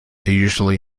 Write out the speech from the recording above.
usually